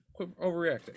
overreacting